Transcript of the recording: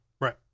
Right